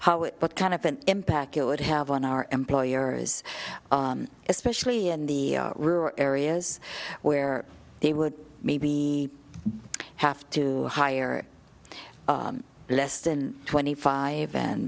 what kind of an impact it would have on our employers especially in the rural areas where they would maybe have to hire less than twenty five and